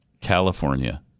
California